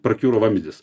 prakiuro vamzdis